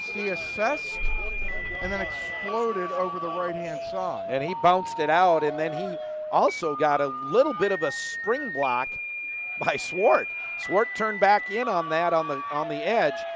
he assessed and then exploded over the right hand side. and he bounced it out and then he also got a little bit of a spring block by swart. swart turned back in on that, on the um the edge,